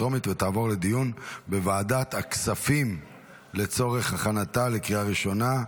ותעבור לדיון בוועדת הכספים לצורך הכנתה לקריאה ראשונה.